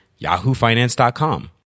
yahoofinance.com